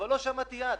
אבל לא שמעתי יעד.